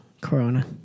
corona